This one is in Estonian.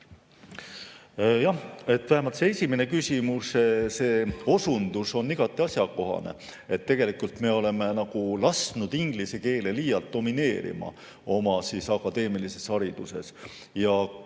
Vähemalt see esimene küsimus, see osundus on igati asjakohane, sest tegelikult me oleme lasknud inglise keele liialt domineerima oma akadeemilises hariduses. Ja kui